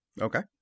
Okay